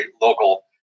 local